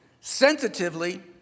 sensitively